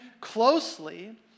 closely